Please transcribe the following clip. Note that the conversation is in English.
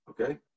Okay